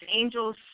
angel's